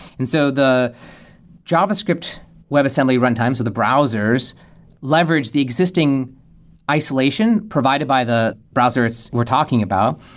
and so the javascript webassembly runtime, so the browsers leverage the existing isolation provided by the browsers we're talking about.